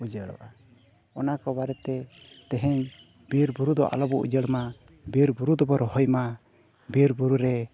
ᱩᱡᱟᱹᱲᱚᱜᱼᱟ ᱚᱱᱟ ᱠᱚ ᱵᱟᱨᱮ ᱛᱮ ᱛᱮᱦᱮᱧ ᱵᱤᱨᱼᱵᱩᱨᱩ ᱫᱚ ᱟᱞᱚᱵᱚᱱ ᱩᱡᱟᱹᱲ ᱢᱟ ᱵᱤᱨᱼᱵᱩᱨᱩ ᱫᱚᱵᱚ ᱨᱚᱦᱚᱭ ᱢᱟ ᱵᱤᱨᱼᱵᱩᱨᱩ ᱨᱮ